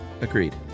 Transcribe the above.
Agreed